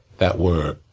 that were